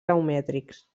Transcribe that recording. geomètrics